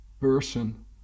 person